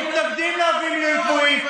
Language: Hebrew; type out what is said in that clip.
אתם מתנגדים להביא מינויים קבועים.